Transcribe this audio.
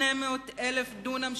800,000 דונם,